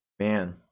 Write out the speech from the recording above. Man